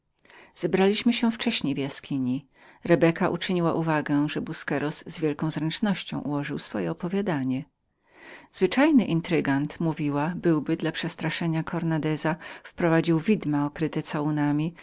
zebraliśmy się wcześnie do jaskini rebeka uczyniła uwagę że busqueros z wielką zręcznością ułożył swoje opowiadanie zwyczajny intrygant mówiła byłby wprowadził widma okryte